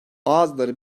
bazıları